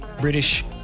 British